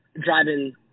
driving